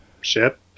ship